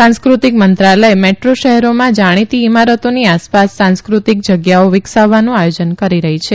સાંસ્કૃતિક મંત્રાલય મેટ્રો શહેરોમાં જાણીતી ઇમારતોની આસપાસ સાંસ્કૃતિક ગ્યાઓ વિકસાવવાનું આયો ન કરી રહી છે